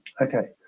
Okay